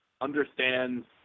understands